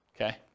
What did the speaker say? okay